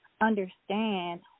understand